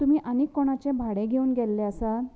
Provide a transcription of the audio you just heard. तुमी आनीक कोणाचें भाडे घेवन गेल्ले आसात